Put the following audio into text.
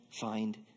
find